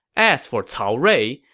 as for cao rui,